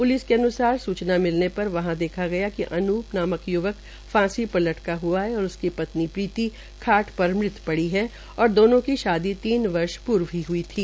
police के अन्सार सूचना मिलने पर वहां देखा गया कि अनून नाम य्वक फांसी पर लटका है और उसकी पत्नी प्रीती खाट पर पड़ी रही है और दोनों की शादी तीन वर्ष पूर्व हुई थी